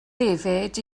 hefyd